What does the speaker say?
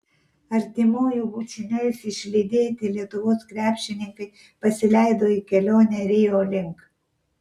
artimųjų bučiniais išlydėti lietuvos krepšininkai pasileido į kelionę rio link